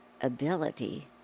ability